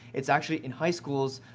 it's actually, in high schools,